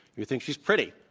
you think she's pretty.